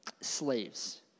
slaves